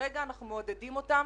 כרגע אנחנו מעודדים אותם